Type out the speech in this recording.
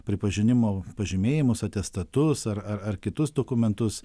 pripažinimo pažymėjimus atestatus ar ar ar kitus dokumentus